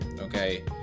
okay